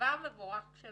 זה